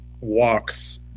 walks